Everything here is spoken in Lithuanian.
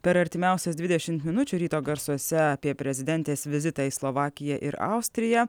per artimiausias dvidešim minučių ryto garsuose apie prezidentės vizitą į slovakiją ir austriją